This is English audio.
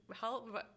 help